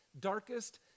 darkest